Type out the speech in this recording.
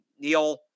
Neil